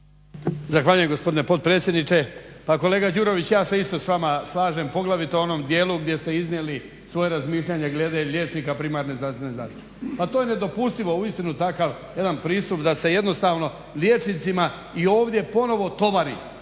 Zahvaljujem gospodin potpredsjedniče. Pa kolega Đurović ja se isto s vama slažem poglavito u onom dijelu gdje ste iznijeli glede liječnika primarne zdravstvene zaštite. Pa to je nedopustivo uistinu jedan takav pristup da se jednostavno liječnicima i ovdje ponovno tovari